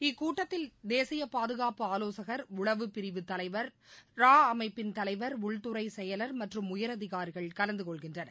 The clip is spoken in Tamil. இக்கூட்டத்தில் தேசிய பாதுகாப்பு ஆலோசகர் உளவுப் பிரிவுத் தலைவர் றா அமைப்பின் தலைவர் உள்துறைச் செயலர் மற்றும் உயர் அதிகாரிகள் கலந்து கொள்கின்றனர்